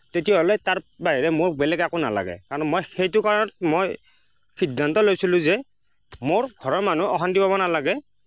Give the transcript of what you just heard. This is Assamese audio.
তেতিয়াহ'লে তাৰ বাহিৰে মোক বেলেগ একো নালাগে কাৰণ মই সেইটো কাৰণত মই সিদ্ধান্ত লৈছিলোঁ যে মোৰ ঘৰৰ মানুহ অশান্তি পাব নালাগে